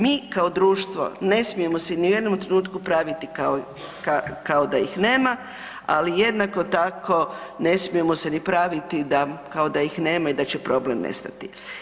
Mi kao društvo ne smijemo se ni u jednom trenutku praviti kao da ih nema ali jednako tako ne smijemo se ni praviti da kao da ih nema i da će problem nestati.